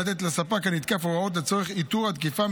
לתת לספק הנתקף הוראות לצורך איתור התקיפה,